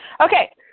Okay